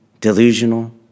delusional